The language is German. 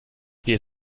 wir